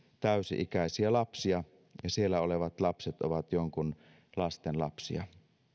täysi ikäisiä lapsia ja siellä olevat lapset ovat jonkun lastenlapsia